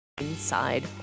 Inside